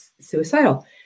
suicidal